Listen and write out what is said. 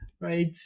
Right